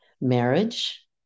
marriage